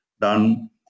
done